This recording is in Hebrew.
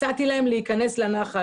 והצעתי להם להיכנס לנחל.